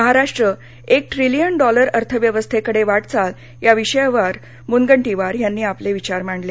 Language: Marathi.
महाराष्ट्र एक ट्रिलियन डॉलर अर्थव्यवस्थेकडे वाटचाल या विषयावर मुनगंटीवार यांनी आपले विचार मांडले